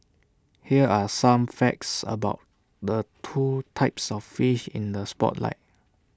here are some facts about the two types of fish in the spotlight